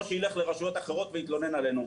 או שילך לרשויות אחרות ויתלונן עלינו.